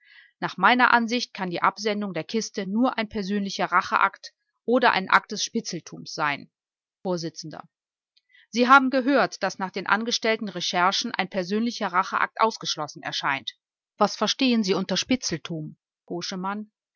nach meiner ansicht kann die absendung der kiste nur ein persönlicher racheakt oder ein akt des spitzeltums sein vors sie haben gehört daß nach den angestellten recherchen ein persönlicher racheakt ausgeschlossen erscheint was verstehen sie unter